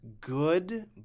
good